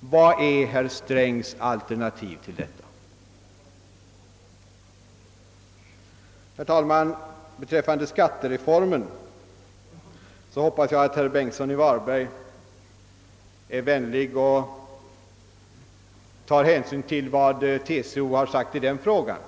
Vad är då herr Strängs alternativ? Beträffande skattereformen hoppas jag att herr Bengtsson i Varberg tar hänsyn till vad TCO har sagt i den frågan.